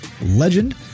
legend